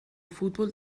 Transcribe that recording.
futbol